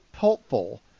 helpful